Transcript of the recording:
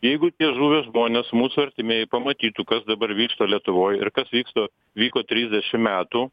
jeigu tie žuvę žmonės mūsų artimieji pamatytų kas dabar vyksta lietuvoj ir kas vyksta vyko trisdešim metų